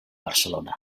barcelona